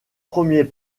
premiers